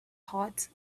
hot